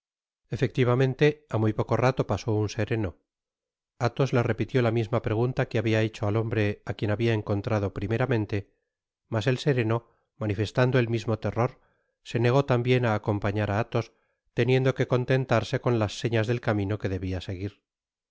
efectivamente á muy poco rato pasó un sereno athos le repitió la misma pregunta que habia hecho al hombre á quien habia encontrado primeramente mas et sereno manifestando el mismo terror se negó tambien á acompañar á athos teniendo que contentarse con las señas del camino que debia seguir